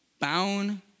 bound